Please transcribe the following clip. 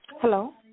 Hello